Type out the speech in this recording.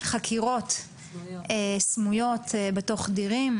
חקירות סמויות בתוך דירים.